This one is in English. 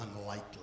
unlikely